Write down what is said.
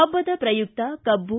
ಹಬ್ಬದ ಪ್ರಯುಕ್ತ ಕಬ್ಬು